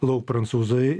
lauk prancūzai